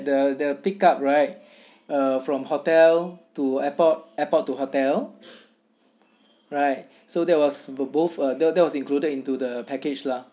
the the pick up right uh from hotel to airport airport to hotel right so that was both a there was included into the package lah